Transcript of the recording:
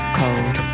cold